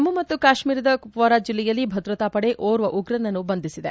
ಜಮ್ಮ ಮತ್ತು ಕಾಶ್ಮೀರದ ಕುಪ್ವಾರ ಜಿಲ್ಲೆಯಲ್ಲಿ ಭದ್ರತಾ ಪಡೆ ಓರ್ವ ಉಗ್ರನನ್ನು ಬಂಧಿಸಿದೆ